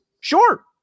Sure